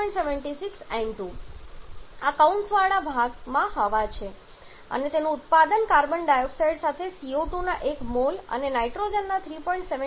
76 N2 આ કૌંસવાળા ભાગમાં હવા છે અને તેનું ઉત્પાદન કાર્બન ડાયોક્સાઇડ સાથે CO2 ના એક મોલ અને નાઇટ્રોજનના 3